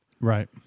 Right